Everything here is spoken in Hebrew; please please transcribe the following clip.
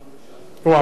הוא אמר: האתון,